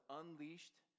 unleashed